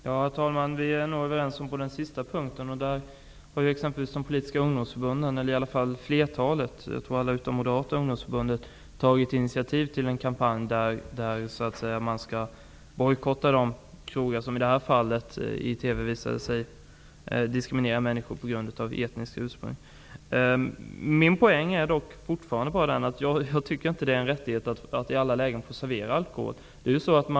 Herr talman! Vi är överens på den sista punkten. Flertalet av de politiska ungdomsförbunden -- alla utom Moderata ungdomsförbundet -- har tagit initiativ till en kampanj att bojkotta de krogar som diskriminerar på grund av etniskt ursprung. Min poäng är fortfarande att jag inte tycker att det är en rättighet att i alla lägen få servera alkohol.